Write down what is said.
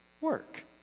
work